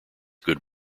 good